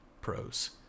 Pros